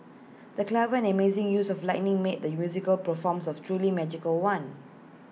the clever and amazing use of lighting made the musical performance A truly magical one